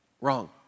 wrong